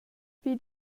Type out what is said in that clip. vid